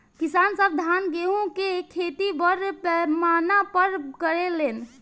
किसान सब धान गेहूं के खेती बड़ पैमाना पर करे लेन